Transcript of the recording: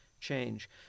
change